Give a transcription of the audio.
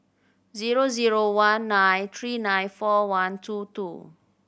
zero zero one nine three nine four one two two